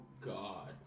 god